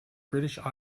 british